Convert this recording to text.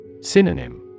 Synonym